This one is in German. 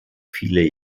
viele